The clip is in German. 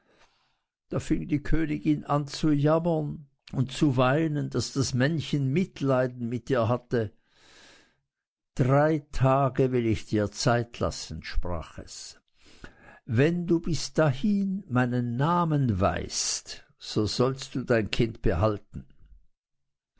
da fing die königin so an zu jammern und zu weinen daß das männchen mitleiden mit ihr hatte drei tage will ich dir zeit lassen sprach er wenn du bis dahin meinen namen weißt so sollst du dein kind behalten